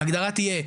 ההגדרה תהיה,